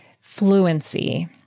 fluency